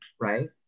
right